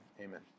Amen